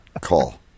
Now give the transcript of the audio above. call